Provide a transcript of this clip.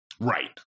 right